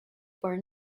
were